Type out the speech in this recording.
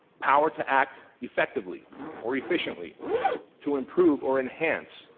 power to act effectively or efficiently to improve or enhance.